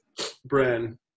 Bren